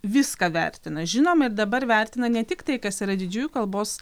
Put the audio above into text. viską vertina žinoma ir dabar vertina ne tik tai kas yra didžiųjų kalbos